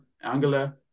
Angela